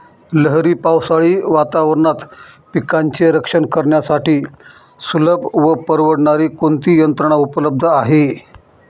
लहरी पावसाळी वातावरणात पिकांचे रक्षण करण्यासाठी सुलभ व परवडणारी कोणती यंत्रणा उपलब्ध आहे?